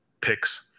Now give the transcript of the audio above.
picks